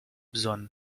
bżonn